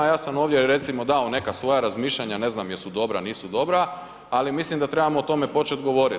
Ja sam ovdje recimo dao neka svoja razmišljanja, ne znam jesu dobra, nisu dobra ali mislim da trebamo o tome početi govoriti.